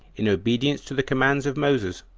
in obedience to the commands of moses,